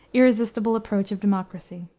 irresistible approach of democracy.